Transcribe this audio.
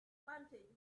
bandage